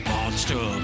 Monster